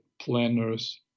planners